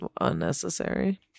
unnecessary